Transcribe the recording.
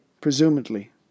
presumably